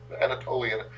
Anatolian